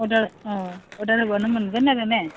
order order होब्लानो मोनगोन आरो ने